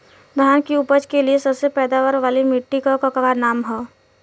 धान की उपज के लिए सबसे पैदावार वाली मिट्टी क का नाम ह?